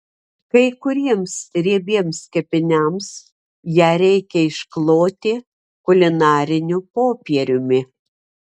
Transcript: kai kuriems riebiems kepiniams ją reikia iškloti kulinariniu popieriumi